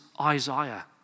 Isaiah